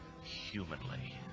humanly